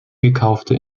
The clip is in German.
gekaufte